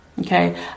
Okay